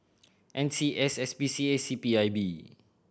N C S S P C A C P I B